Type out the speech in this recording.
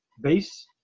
base